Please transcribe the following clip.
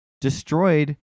destroyed